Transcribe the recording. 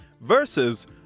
versus